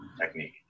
technique